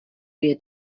wir